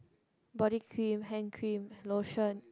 body cream hand cream lotion